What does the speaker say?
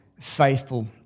faithful